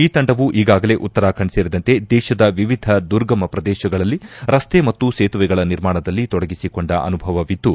ಈ ತಂಡವು ಈಗಾಗಲೇ ಉತ್ತರಾಖಂಡ್ ಸೇರಿದಂತೆ ದೇಶದ ವಿವಿಧ ದುರ್ಗಮ ಪ್ರದೇಶಗಳಲ್ಲಿ ರಸ್ತೆ ಮತ್ತು ಸೇತುವೆಗಳ ನಿರ್ಮಾಣದಲ್ಲಿ ತೊಡಗಿಸಿಕೊಂಡ ಅನುಭವವಿದ್ಲು